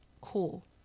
Cool